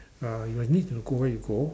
uh you might need to go where you go